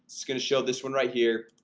it's gonna show this one right here,